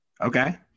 okay